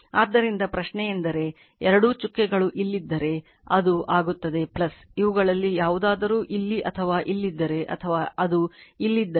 ಆದ್ದರಿಂದ ಪ್ರಶ್ನೆಯೆಂದರೆ ಎರಡೂ ಚುಕ್ಕೆಗಳು ಇಲ್ಲಿದ್ದರೆ ಅದು ಆಗುತ್ತದೆ ಇವುಗಳಲ್ಲಿ ಯಾವುದಾದರೂ ಇಲ್ಲಿ ಅಥವಾ ಇಲ್ಲಿದ್ದರೆ ಅಥವಾ ಅದು ಇಲ್ಲಿದ್ದರೆ